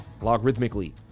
logarithmically